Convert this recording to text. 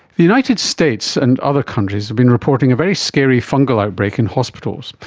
the united states and other countries have been reporting a very scary fungal outbreak in hospitals.